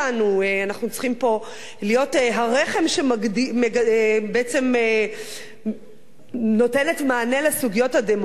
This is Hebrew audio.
אנחנו צריכים פה להיות הרחם שבעצם נותן מענה לבעיות הדמוגרפיות.